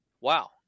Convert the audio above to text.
Wow